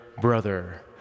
Brother